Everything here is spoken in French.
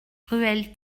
ruelle